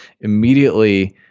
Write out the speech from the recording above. immediately